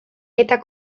eta